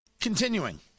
Continuing